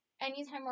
anytime